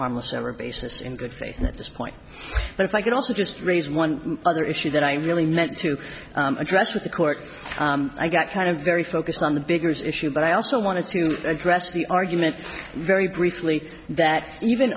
harmless error basis in good faith at this point but if i could also just raise one other issue that i really meant to address with the court i got kind of very focused on the bigger issue but i also wanted to address the argument very briefly that even